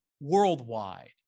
worldwide